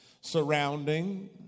surrounding